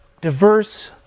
diverse